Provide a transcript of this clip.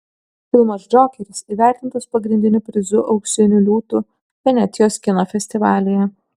filmas džokeris įvertintas pagrindiniu prizu auksiniu liūtu venecijos kino festivalyje